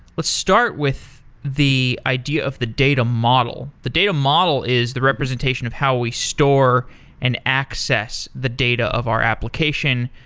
let's start with the idea of the data model. the data model is the representation of how we store and access the data of our application.